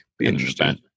Interesting